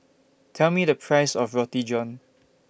Tell Me The Price of Roti John